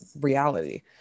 reality